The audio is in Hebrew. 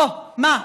אוה, מה.